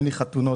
אין חתונות,